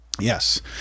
Yes